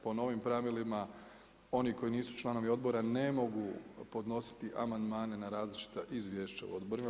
Po novim pravilima oni koji nisu članovi odbora ne mogu podnositi amandmane na različita izvješća u odborima.